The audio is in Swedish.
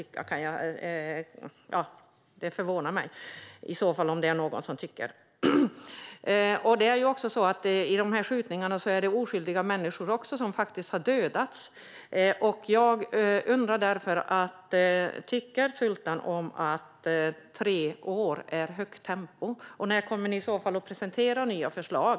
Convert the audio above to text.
Det förvånar mig om det är någon som tycker det. Vid skjutningarna har även oskyldiga människor dödats. Jag undrar därför om Sultan tycker att tre år är högt tempo. Och när kommer ni att presentera nya förslag?